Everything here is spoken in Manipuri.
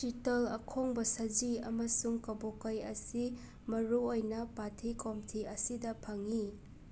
ꯆꯤꯇꯜ ꯑꯈꯣꯡꯕ ꯁꯖꯤ ꯑꯃꯁꯨꯡ ꯀꯕꯣꯀꯩ ꯑꯁꯤ ꯃꯔꯨꯑꯣꯏꯅ ꯄꯥꯊꯤ ꯀꯣꯝꯊꯤ ꯑꯁꯤꯗ ꯐꯪꯏ